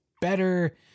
better